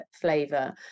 flavor